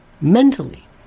mentally